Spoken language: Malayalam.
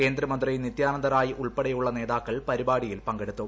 കേന്ദ്രമന്ത്രി നിത്യാനന്ദ റായ് ഉൾപ്പെടെയുള്ള നേതാക്കൾ പരിപാടിയിൽ പങ്കെടുത്തു